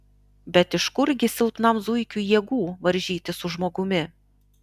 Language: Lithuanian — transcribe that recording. bet iš kurgi silpnam zuikiui jėgų varžytis su žmogumi